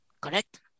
correct